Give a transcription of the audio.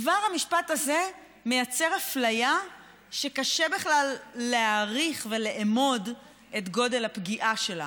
כבר המשפט הזה מייצר אפליה שקשה בכלל להעריך ולאמוד את גודל הפגיעה שלה.